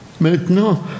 Maintenant